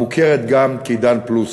המוכרת גם כ"עידן פלוס".